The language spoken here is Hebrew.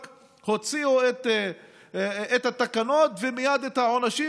רק הוציאו את התקנות ומייד את העונשים,